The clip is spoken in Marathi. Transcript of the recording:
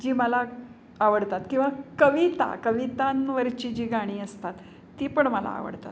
जी मला आवडतात किंवा कविता कवितांवरची जी गाणी असतात ती पण मला आवडतात